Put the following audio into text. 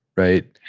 right?